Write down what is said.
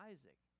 Isaac